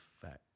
fact